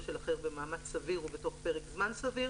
של אחר במאמץ סביר ובתוך פרק זמן סביר